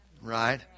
Right